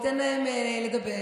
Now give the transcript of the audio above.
ניתן להם לדבר,